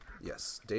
Yes